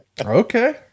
Okay